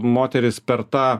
moterys per tą